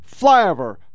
Flyover